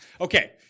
Okay